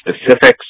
specifics